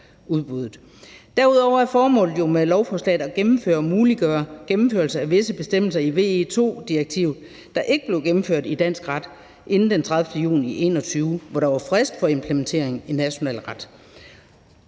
Derudover er formålet med lovforslaget at gennemføre og muliggøre gennemførelse af visse bestemmelser i VE II-direktivet, der ikke blev gennemført i dansk ret inden den 30. juni 2021, hvor der var frist for implementering i national ret.